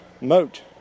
moat